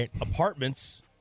apartments